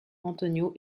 antonio